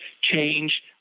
change